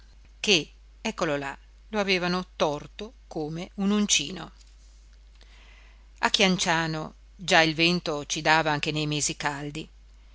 che eccolo là lo avevano torto come un uncino a chianciano già il vento ci dava anche nei mesi caldi